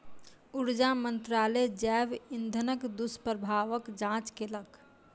ऊर्जा मंत्रालय जैव इंधनक दुष्प्रभावक जांच केलक